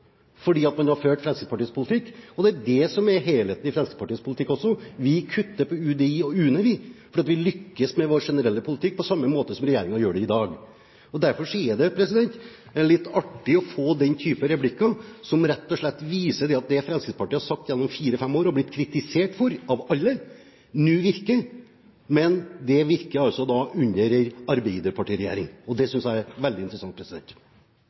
fordi man har ført Fremskrittspartiets politikk. Det er også det som er helheten i Fremskrittspartiets politikk: Vi kutter på UDI og UNE for at vi skal lykkes med vår generelle politikk, på samme måten som regjeringen gjør det i dag. Derfor er det litt artig å få den type replikker, som rett og slett viser at det Fremskrittspartiet har sagt gjennom fire–fem år – og blitt kritisert for av alle – nå virker. Men det virker da altså under en arbeiderpartiregjering, og det synes jeg er veldig interessant.